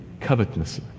covetousness